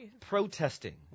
protesting